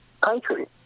country